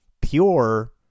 pure